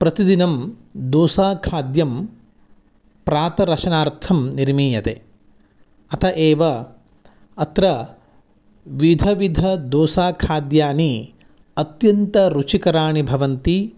प्रतिदिनं दोसाखाद्यं प्रातराशनार्थं निर्मीयते अतः एव अत्र विविध दोसाखाद्यानि अत्यन्तं रुचिकराणि भवन्ति